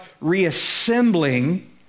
reassembling